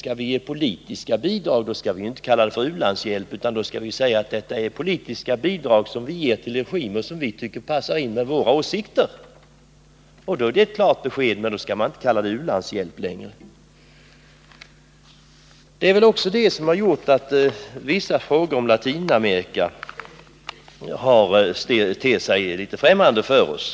Skall vi ge politiska bidrag, då skall vi inte kalla det för u-landshjälp, utan då skall vi säga att det är politiska bidrag som vi ger till regimer som vi tycker passar våra åsikter. Det är ett klart besked, men då skall man inte längre kalla det u-landshjälp. Det är också detta som har gjort att vissa frågor om Latinamerika ter sig främmande för oss.